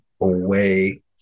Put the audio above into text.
away